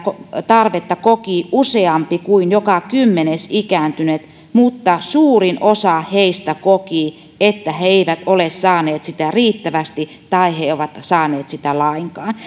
tarvetta koki useampi kuin joka kymmenes ikääntynyt mutta suurin osa heistä koki että he eivät ole saaneet sitä riittävästi tai he eivät ole saaneet sitä lainkaan